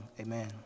amen